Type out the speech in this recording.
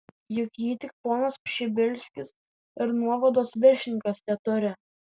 juk jį tik ponas pšibilskis ir nuovados viršininkas teturi